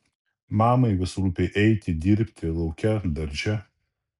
mamai vis rūpi eiti dirbti lauke darže